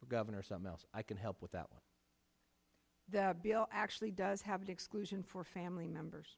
for governor some else i can help with that one that actually does have an exclusion for family members